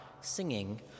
singing